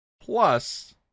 plus